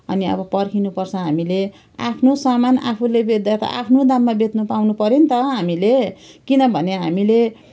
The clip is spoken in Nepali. अनि अब पर्खिनु पर्छ हामीले आफ्नो सामान आफूले बेच्दा त आफ्नो दाममा बेच्नु पाउनु पर्यो पनि त हामीले त किनभने हामीले